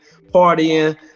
partying